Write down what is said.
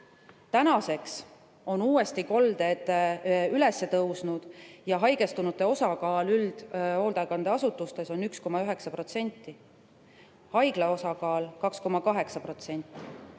Tänaseks on uuesti kolded üles tõusnud ja haigestunute osakaal üldhoolekandeasutustes on 1,9%, haiglas [olijate] osakaal 2,8%.